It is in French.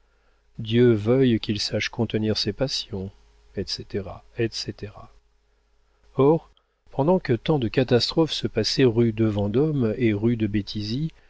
dieu veuille qu'il sache contenir ses passions etc etc or pendant que tant de catastrophes se passaient rue de vendôme et rue de béthisy